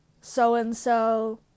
so-and-so